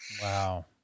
Wow